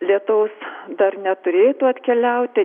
lietaus dar neturėtų atkeliauti